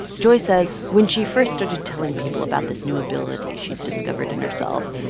joy says when she first started telling people about this new ability she'd discovered in herself,